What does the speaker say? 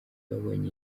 babonye